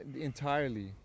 entirely